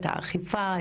האכיפה,